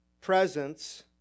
presence